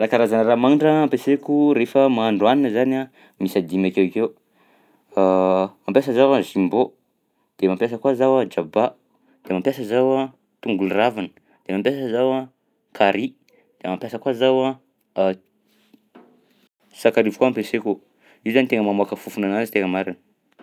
Raha karazana raha magnitra ampiasaiko rehefa mahandro hanina zany a miisa dimy akeokeo mapiasa zaho a jumbo de mampisa koa zaho a jaba de mampiasa zaho a tongolo ravina de mampiasa zaho carry de mampiasa koa zaho a- sakarivo koa ampiasaiko io zany tegna mamoaka fofona anazy tegna marina.